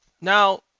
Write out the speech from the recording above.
now